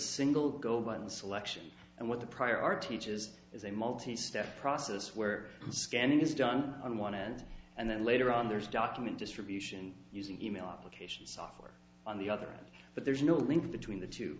single gold one selection and what the prior art teaches is a multi step process where scanning is done on one end and then later on there's document distribution using email application software on the other but there's no link between the two